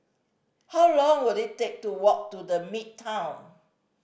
how long will it take to walk to The Midtown